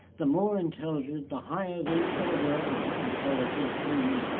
the more intelligent, the higher the order of intelligence meaning